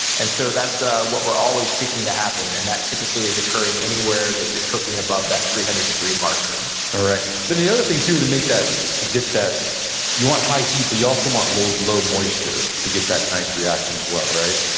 and so that's ah what we're always seeking to happen. and that typically is occurring anywhere that you're cooking above that three hundred degree marker alright, then the other thing too that make that, to get that you want high heat, but you also want low low moisture to get that nice reaction as well, right?